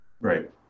Right